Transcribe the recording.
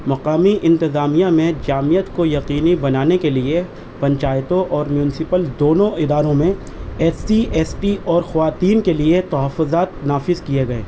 مقامی انتظامیہ میں جامعیت کو یقینی بنانے کے لیے پنچایتوں اور میونسپل دونوں اداروں میں ایس سی ایس ٹی اور خو اتین کے لیے تحفظات نافذ کیے گئے